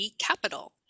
capital